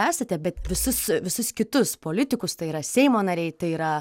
esate bet visus visus kitus politikus tai yra seimo nariai tai yra